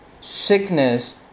sickness